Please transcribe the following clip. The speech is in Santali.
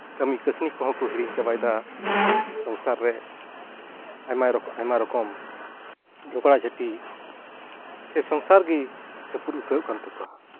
ᱠᱟᱹᱢᱤ ᱠᱟᱹᱥᱱᱤ ᱠᱚᱦᱚᱸ ᱠᱚ ᱦᱤᱲᱤᱧ ᱪᱟᱵᱟᱭᱫᱟ ᱥᱚᱝᱥᱟᱨ ᱨᱮ ᱟᱭᱢᱟ ᱨᱚᱠᱚᱢ ᱟᱭᱢᱟ ᱨᱚᱠᱚᱢ ᱡᱷᱚᱜᱽᱲᱟᱼᱡᱷᱟ ᱴᱤ ᱥᱮ ᱥᱚᱝᱥᱟᱨ ᱜᱤ ᱨᱟᱹᱯᱩᱫ ᱩᱛᱟᱹᱨᱚᱜ ᱠᱟᱱ ᱛᱟᱠᱚᱣᱟ